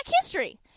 History